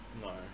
No